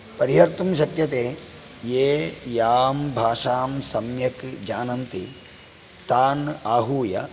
परिहर्तुं शक्यते ये यां भाषां सम्यक् जानन्ति तान् आहूय